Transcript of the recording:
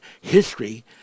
history